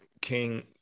king